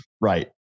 Right